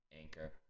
Anchor